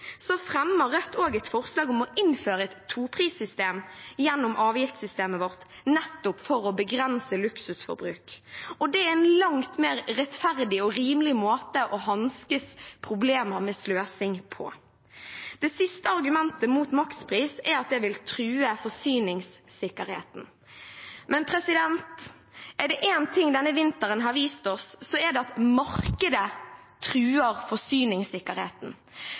fremmer Rødt også et forslag om å innføre et toprissystem gjennom avgiftssystemet vårt, nettopp for å begrense luksusforbruk. Det er en langt mer rettferdig og rimelig måte å hanskes med problemer med sløsing på. Det siste argumentet mot makspris er at det vil true forsyningssikkerheten. Men er det én ting denne vinteren har vist oss, er det at markedet truer forsyningssikkerheten.